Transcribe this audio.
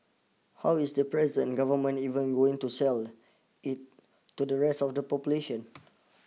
how is the present government even going to sell it to the rest of the population